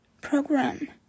program